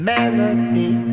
Melody